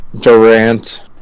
Durant